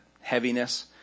heaviness